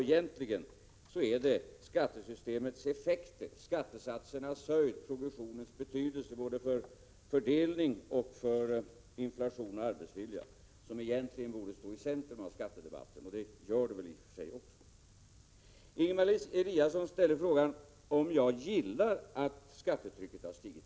Egentligen är det skattesystemets effekter, skattesatsernas höjd, provisionens betydelse för fördelning, inflation och arbetsvilja som borde stå i centrum av skattedebatten — vilket de i och för sig gör. Ingemar Eliasson ställer frågan om jag gillar att skattetrycket har stigit.